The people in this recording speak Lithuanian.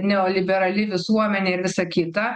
neoliberali visuomenė ir visa kita